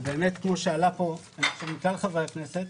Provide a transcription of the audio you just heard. כמו שעלה כאן על ידי חברי הכנסת,